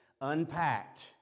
unpacked